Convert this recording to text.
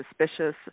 suspicious